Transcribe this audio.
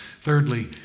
Thirdly